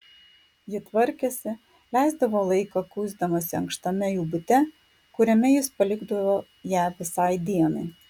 ji tvarkėsi leisdavo laiką kuisdamasi ankštame jų bute kuriame jis palikdavo ją visai dienai